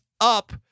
up